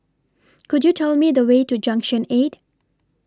Could YOU Tell Me The Way to Junction eight